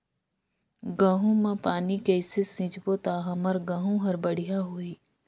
गहूं म पानी कइसे सिंचबो ता हमर गहूं हर बढ़िया होही?